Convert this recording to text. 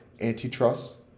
antitrust